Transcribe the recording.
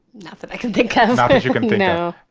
nothing i can think can and think you can do now.